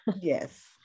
yes